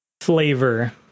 flavor